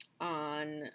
on